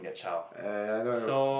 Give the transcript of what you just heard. uh I know I know